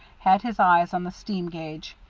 had his eyes on the steam gauges,